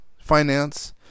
finance